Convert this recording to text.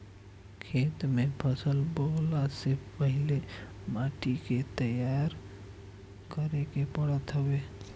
खेत में फसल बोअला से पहिले माटी के तईयार करे के पड़त हवे